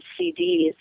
CDs